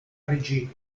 regime